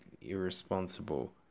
irresponsible